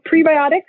prebiotics